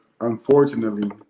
unfortunately